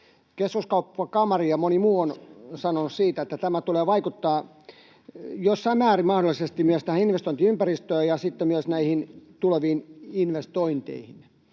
Keskuskauppakamari ja moni muu on sanonut, että tämä tulee vaikuttamaan jossain määrin mahdollisesti myös tähän investointiympäristöön ja myös näihin tuleviin investointeihin.